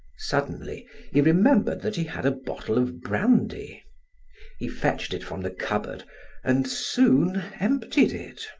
suddenly he remembered that he had a bottle of brandy he fetched it from the cupboard and soon emptied it.